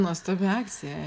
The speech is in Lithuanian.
nuostabi akcija